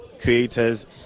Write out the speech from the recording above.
creators